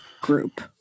group